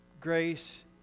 Grace